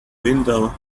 window